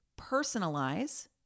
personalize